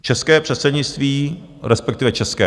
České předsednictví respektive české.